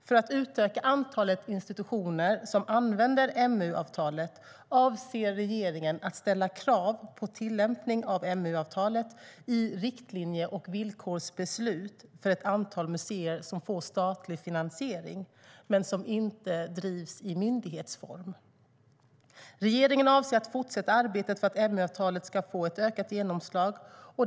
För att utöka antalet institutioner som använder MU-avtalet avser regeringen att ställa krav på tillämpning av MU-avtalet i riktlinje och villkorsbeslut för ett antal museer som får statlig finansiering men inte drivs i myndighetsform. Regeringen avser att fortsätta arbetet för att MU-avtalet ska få ett ökat genomslag.